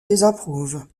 désapprouve